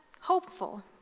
hopeful